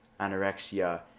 anorexia